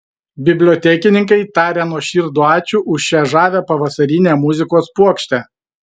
bibliotekininkai taria nuoširdų ačiū už šią žavią pavasarinę muzikos puokštę